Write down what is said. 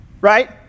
right